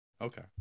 Okay